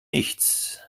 nichts